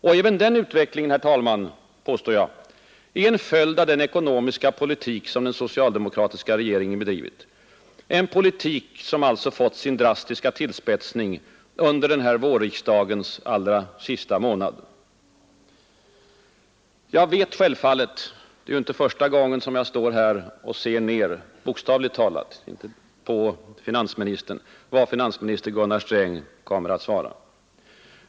Och även den utvecklingen, herr talman, påstår jag vara en följd av den ekonomiska politik som den socialdemokratiska regeringen bedrivit, en politik som alltså fått sin drastiska tillspetsning under den här vårriksdagens allra sista månad. Jag vet självfallet — det är inte första gången som jag står här och bokstavligt talat ser ner på finansministern — vad finansminister Gunnar Sträng kommer att svara.